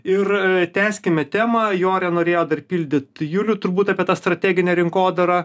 ir tęskime temą jorė norėjo dar pildyt julių turbūt apie tą strateginę rinkodarą